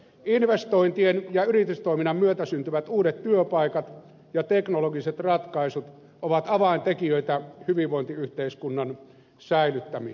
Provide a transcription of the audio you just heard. investointien ja yritystoiminnan myötä syntyvät uudet työpaikat ja teknologiset ratkaisut ovat avaintekijöitä hyvinvointiyhteiskunnan säilyttämisessä